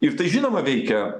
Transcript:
ir tai žinoma veikia